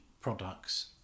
products